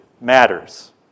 matters